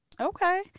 Okay